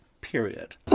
Period